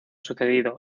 sucedido